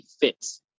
fits